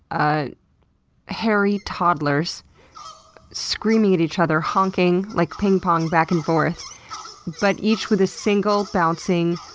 ah hairy toddlers screaming at each other, honking like ping pong back and forth but each with a single bouncing,